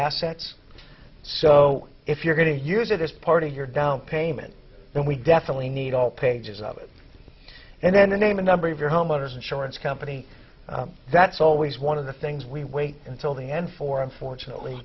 assets so if you're going to use it as part of your down payment then we definitely need all pages of it and then the name of the brave your homeowners insurance company that's always one of the things we wait until the end for unfortunately